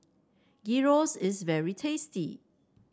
gyros is very tasty